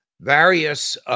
Various